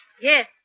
Yes